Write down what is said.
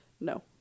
no